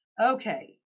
Okay